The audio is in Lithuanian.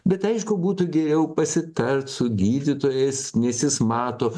bet aišku būtų geriau pasitart su gydytojais nes jis mato